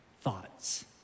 thoughts